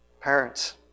parents